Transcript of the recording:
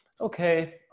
okay